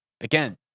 Again